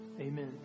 Amen